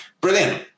Brilliant